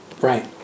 Right